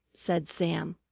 said sam.